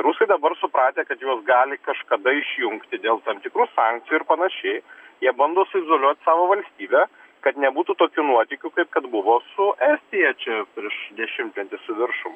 rusai dabar supratę kad juos gali kažkada išjungti dėl tam tikrų sankcijų ir panašiai jie bando izoliuot savo valstybę kad nebūtų tokių nuotykių kaip kad buvo su estija čia prieš dešimtmetį su viršum